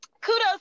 kudos